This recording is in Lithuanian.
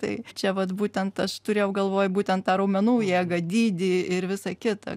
tai čia vat būtent aš turėjau galvoj būtent tą raumenų jėgą dydį ir visa kita